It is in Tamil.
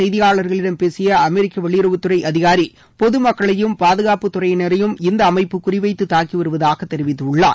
செய்தியாளர்களிடம் பேசிய அமெரிக்க வெளியுறவுத்துறை இதுகுறித்து அதிகாரி பொதுமக்களையும் பாதுகாப்பு துறையினரையும் இந்த அமைப்பு குறிவைத்து தாக்கி வருவதாக தெரிவித்துள்ளார்